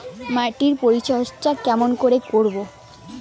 মাটির পরিচর্যা কেমন করে করব?